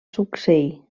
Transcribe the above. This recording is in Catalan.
succeir